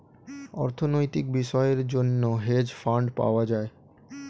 অর্থনৈতিক বিষয়ের জন্য হেজ ফান্ড পাওয়া যায়